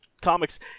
comics